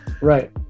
right